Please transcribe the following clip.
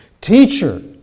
Teacher